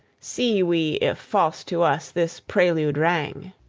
see we if false to us this prelude rang.